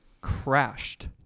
crashed